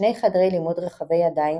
שני חדרי לימוד רחבי ידיים,